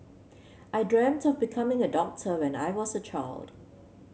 I dreamt of becoming a doctor when I was a child